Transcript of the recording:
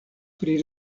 pri